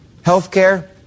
Healthcare